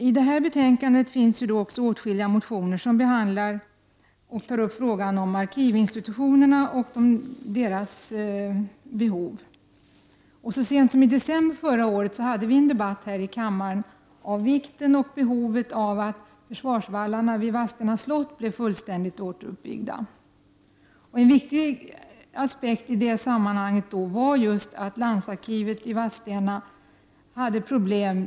I detta betänkande finns också åtskilliga motioner som behandlar och tar upp frågan om arkivinstitutionerna och deras behov. Så sent som i december förra året hade vi en debatt här i kammaren om vikten och behovet av att försvarsvallarna vid Vadstena slott blev fullständigt återuppbyggda. En viktig aspekt i det sammanhanget var just att landsarkivet i Vadstena hade problem.